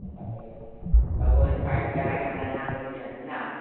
तब ओहिसॅं पाइप लगाके अपना धान रोपलै हे तू ने